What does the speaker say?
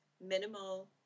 minimal